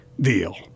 deal